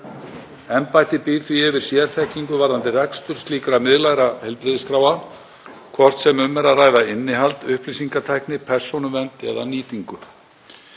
Embættið býr því yfir sérþekkingu varðandi rekstur slíkra miðlægra heilbrigðisskráa, hvort sem um er að ræða innihald, upplýsingatækni, persónuvernd eða nýtingu.